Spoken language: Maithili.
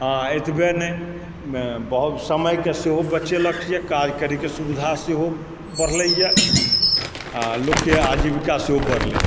आ एतवे नहि बहुत समयके सेहो बचेलक यऽ काज करैके सुविधा सेहो बढ़लय हँ आ लोकके आजीविका सेहो बढ़लय